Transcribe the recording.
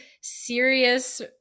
serious